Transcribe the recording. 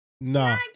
no